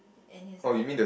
and is like